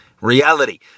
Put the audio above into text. reality